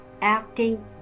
acting